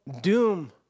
doom